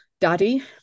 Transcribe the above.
daddy